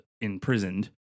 imprisoned